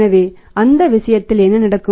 எனவே அந்த விஷயத்தில் என்ன நடக்கும்